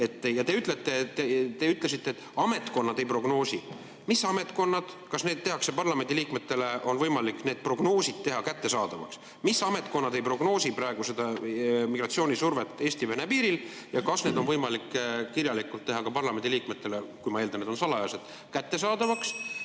Ja te ütlesite, et ametkonnad ei prognoosi. Mis ametkonnad? Ja kas ka parlamendiliikmetele on võimalik need prognoosid teha kättesaadavaks? Mis ametkonnad ei prognoosi praegu migratsioonisurvet Eesti-Vene piiril ja kas need on võimalik kirjalikult teha ka parlamendiliikmetele – ma eeldan, et need on salajased – kättesaadavaks?